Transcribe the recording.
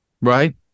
right